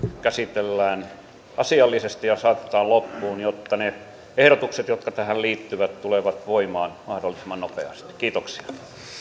käsitellään asiallisesti ja saatetaan loppuun jotta ne ehdotukset jotka tähän liittyvät tulevat voimaan mahdollisimman nopeasti kiitoksia